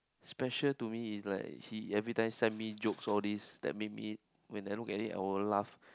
special to me is like he everytime send me jokes all this that maybe when I look at it I will laugh